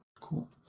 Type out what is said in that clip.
cool